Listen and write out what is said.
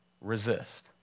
resist